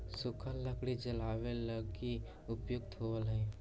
सूखल लकड़ी जलावे लगी उपयुक्त होवऽ हई